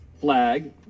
flag